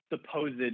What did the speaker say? supposed